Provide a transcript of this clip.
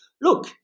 Look